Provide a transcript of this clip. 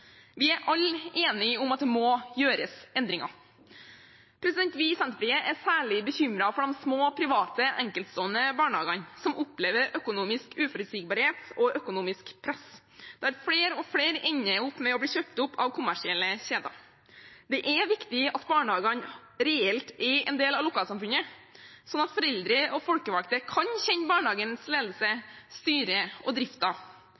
Vi er alle enige om at det må gjøres endringer. Vi i Senterpartiet er særlig bekymret for de små, enkeltstående private barnehagene, som opplever økonomisk uforutsigbarhet og økonomisk press, der flere og flere ender opp med å bli kjøpt opp av kommersielle kjeder. Det er viktig at barnehagene reelt er en del av lokalsamfunnet, slik at foreldre og folkevalgte kan kjenne barnehagens ledelse, styret og